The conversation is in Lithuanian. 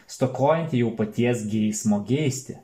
stokojantį jau paties geismo geisti